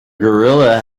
gorilla